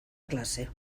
clase